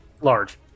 Large